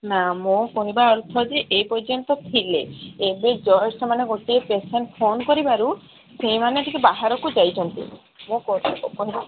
ନା ମୋ କହିବା ଅର୍ଥ ଯେ ଏପର୍ଯ୍ୟନ୍ତ ଥିଲେ ଏବେ ଜଷ୍ଟ ସେମାନେ ଗୋଟିଏ ପେସେଣ୍ଟ ଫୋନ୍ କରିବାରୁ ସେଇମାନେ ଟିକେ ବାହାରକୁ ଯାଇଛନ୍ତି ମୋ କିବ କହିବା